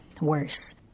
worse